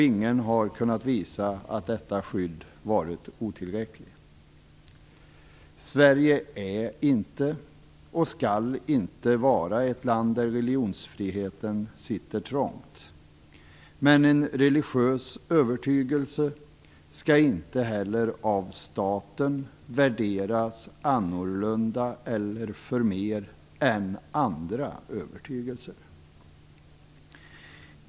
Ingen har kunnat visa att detta skydd har varit otillräckligt. Sverige är inte och skall inte vara ett land där religionsfriheten sitter trångt. Men en religiös övertygelse skall inte heller av staten värderas annorlunda eller förmer än andra övertygelser.